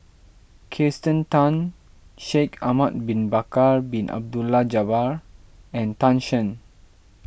Kirsten Tan Shaikh Ahmad Bin Bakar Bin Abdullah Jabbar and Tan Shen